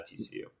TCU